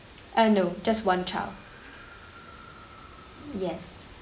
uh no just one child yes